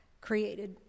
created